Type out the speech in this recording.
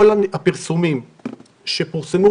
כל הפרסומים שפורסמו,